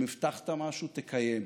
אם הבטחת משהו, תקיים.